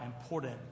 important